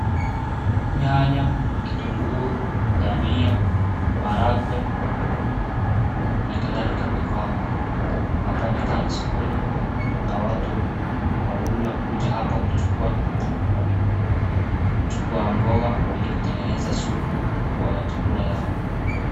Nyanya, kitunguu, ndania, maharagwe na kadhalika iko hapa. Hapa inakaa ni sokoni na watu huabura kukuja hapa kuchukua mboga ili kutengeneza supu au ya chakula yao.